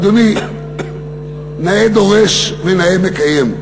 אדוני, נאה דורש ונאה מקיים.